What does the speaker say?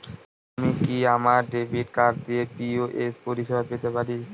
আমি কি আমার ডেবিট কার্ড দিয়ে পি.ও.এস পরিষেবা পেতে পারি?